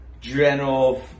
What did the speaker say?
general